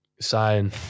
sign